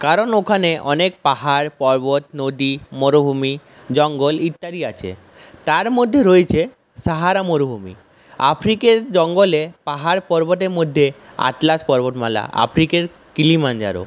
কারণ ওখানে অনেক পাহাড় পর্বত নদী মরুভূমি জঙ্গল ইত্যাদি আছে তার মধ্যে রয়েছে সাহারা মরুভূমি আফ্রিকার জঙ্গলে পাহাড় পর্বতের মধ্যে আটলাস পর্বতমালা আফ্রিকার কিলিমাঞ্জারো